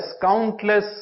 countless